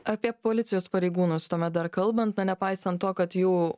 apie policijos pareigūnus tuomet dar kalbant nepaisant to kad jų